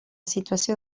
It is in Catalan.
situació